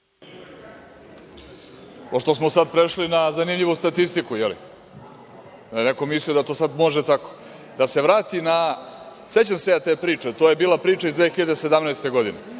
Pošto smo sada prešli na zanimljivu statistiku, pa je neko mislio da to sada može tako. Sećam se ja te priče. To je bila priča iz 2017. godine.